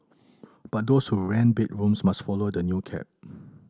but those who rent bedrooms must follow the new cap